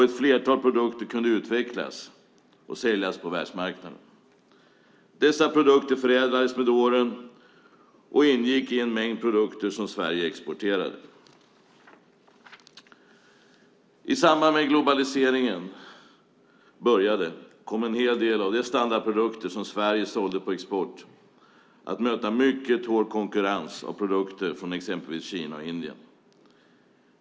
Ett flertal produkter kunde utvecklas och ingå i en mängd produkter som Sverige exporterade. I samband med att globaliseringen började kom en hel del av de standardprodukter som Sverige sålde på export att möta mycket hård konkurrens av produkter från exempelvis Kina och Indien.